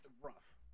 rough